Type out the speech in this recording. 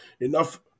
enough